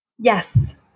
Yes